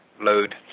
load